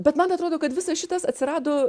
bet man atrodo kad visas šitas atsirado